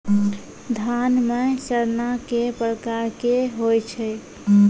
धान म सड़ना कै प्रकार के होय छै?